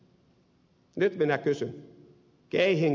nyt minä kysyn